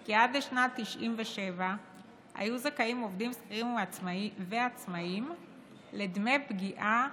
כי עד לשנת 1997 היו זכאים עובדים שכירים ועצמאים לדמי פגיעה